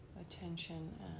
attention